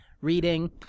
reading